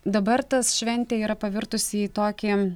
dabar tas šventė yra pavirtusi į tokį